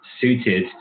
suited